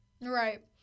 Right